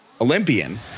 Olympian